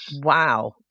Wow